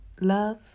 love